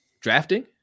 drafting